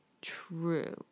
True